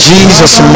Jesus